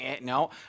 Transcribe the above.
no